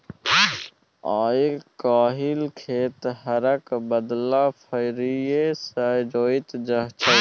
आइ काल्हि खेत हरक बदला फारीए सँ जोताइ छै